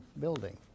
building